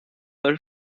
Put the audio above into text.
der